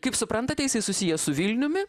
kaip suprantate jisai susijęs su vilniumi